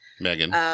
Megan